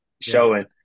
showing